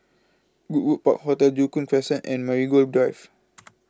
Goodwood Park Hotel Joo Koon Crescent and Marigold Drive